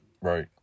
right